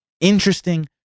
interesting